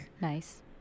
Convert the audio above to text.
nice